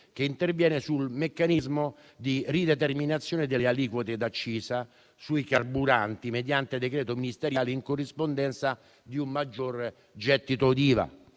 che interviene sul meccanismo di rideterminazione delle aliquote d'accisa sui carburanti mediante decreto ministeriale in corrispondenza di un maggiore gettito d'IVA.